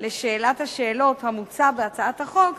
לשאול שאלות, המוצע בהצעת החוק,